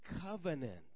covenant